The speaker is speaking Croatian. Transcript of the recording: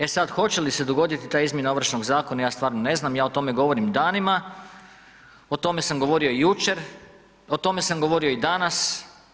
E sada hoće li se dogoditi da izmjena Ovršnog zakona, ja stvarno ne znam, ja o tome govorim danima, o tome sam govorio i jučer, o tome sam govorio i danas.